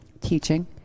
teaching